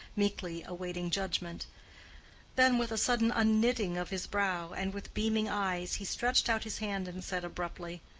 meekly awaiting judgment then with a sudden unknitting of his brow and with beaming eyes, he stretched out his hand and said abruptly,